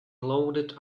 loaded